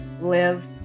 live